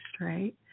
right